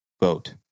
vote